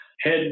head